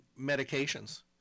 medications